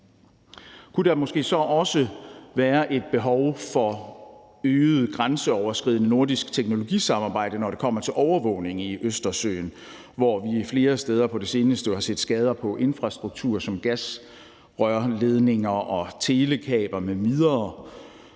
Kunne der måske så også være et behov for øget grænseoverskridende nordisk teknologisamarbejde, når det kommer til overvågning i Østersøen, hvor vi flere steder på det seneste jo har set skader på infrastruktur som gasrørledninger og telekabler m.v.